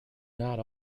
not